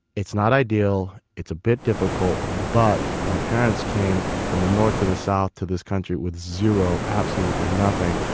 it's not ideal. it's a bit difficult. but my parents came from the north to, the south, to this country with zero absolutely nothing.